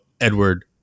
Edward